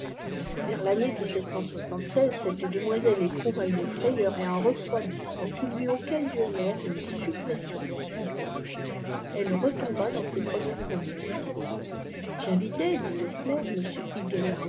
vers l'année cette demoîell éprouva une frayeur et un refroidissement qui lui occasionnèrent une suppression subite elle rétomfcà dans ses premières convulsions jinvitai dit mesmer